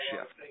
shift